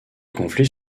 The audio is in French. conflits